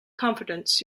confidence